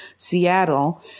Seattle